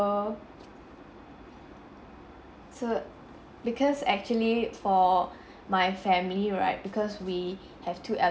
so because actually for my family right because we have two el~